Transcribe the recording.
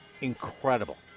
incredible